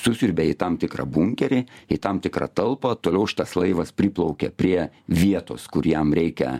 susiurbia į tam tikrą bunkerį į tam tikrą talpą toliau šitas laivas priplaukia prie vietos kur jam reikia